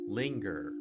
linger